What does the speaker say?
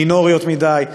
הן מינוריות מדי,